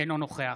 אינו נוכח